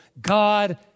God